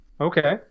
okay